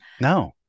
No